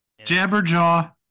Jabberjaw